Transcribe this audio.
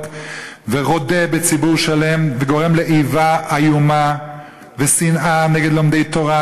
ורודה בציבור שלם וגורם לאיבה איומה ושנאה נגד לומדי תורה,